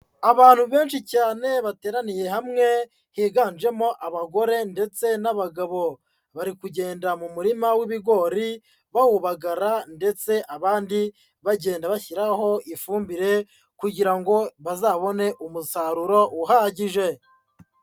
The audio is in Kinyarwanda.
Abantu benshi cyane bateraniye hamwe, higanjemo abagore ndetse n'abagabo, bari kugenda mu murima w'ibigori bawubagara ndetse abandi bagenda bashyiraho ifumbire, kugira ngo bazabone umusaruro uhagije.